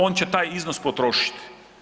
On će taj iznos potrošiti.